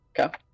Okay